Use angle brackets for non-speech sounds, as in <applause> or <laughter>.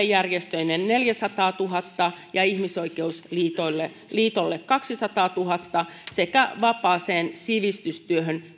<unintelligible> järjestöille neljäsataatuhatta ja ihmisoikeusliitolle kaksisataatuhatta sekä vapaaseen sivistystyöhön